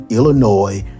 Illinois